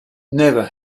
never